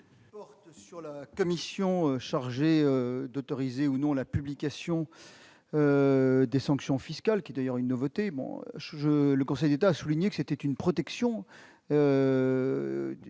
sur la commission chargée d'autoriser ou non la publication des sanctions fiscales, instance qui est d'ailleurs une nouveauté. Le Conseil d'État a souligné qu'il s'agissait d'une protection